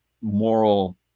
moral